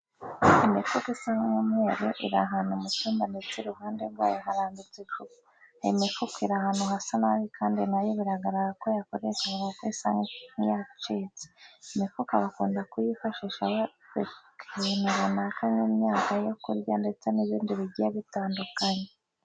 Imifuka isa nk'umweru iri ahantu mu cyumba ndetse iruhande rwayo harambitse icupa. Iyi mifuka iri ahantu hasa nabi kandi na yo biragaragara ko yakoreshejwe kuko isa nk'iyacitse. Imifuka bakunda kuyifashisha babika ibintu runaka nk'imyaka yo kurya ndetse n'ibindi bigiye bitandukanye.